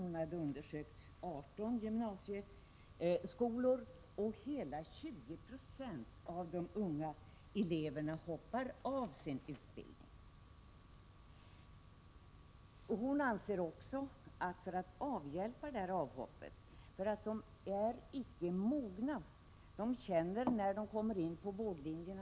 Hon hade undersökt 18 gymnasieskolor och därvid funnit att hela 20 20 av de unga eleverna lämnar sin utbildning. Eleverna är inte mogna. När de börjar på vårdlinjen, känner många att de inte klarar av undervisningen.